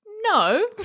No